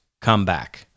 comeback